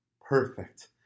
Perfect